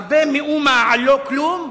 הרבה מהומה על לא כלום.